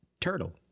turtle